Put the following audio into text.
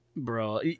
Bro